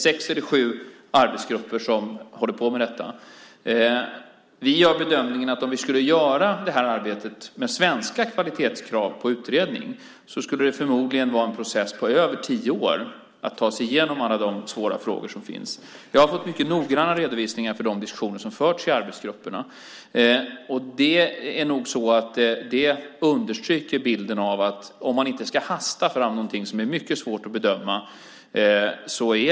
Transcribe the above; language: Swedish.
Sex eller sju arbetsgrupper håller på med detta. Vi gör bedömningen att om vi skulle göra det här arbetet med svenska kvalitetskrav på utredningar skulle det förmodligen vara en process på över tio år att ta sig igenom alla de svåra frågorna. Jag har fått mycket noggranna redovisningar av de diskussioner som förts i arbetsgrupperna. Det understryker bilden av att om man inte ska hasta fram något som är mycket svårt att bedöma.